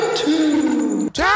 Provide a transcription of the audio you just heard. two